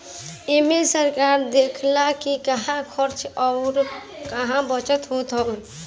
एमे सरकार देखऽला कि कहां खर्च अउर कहा बचत होत हअ